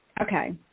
Okay